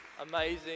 amazing